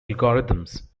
algorithms